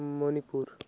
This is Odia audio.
ମଣିପୁର